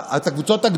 ההכנסות האלה.